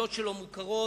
והיכולות שלו מוכרות,